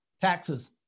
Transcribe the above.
Taxes